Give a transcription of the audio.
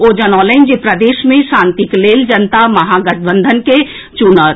ओ जनौलनि जे प्रदेश मे शांतिक लेल जनता महागठबंधन के चुनत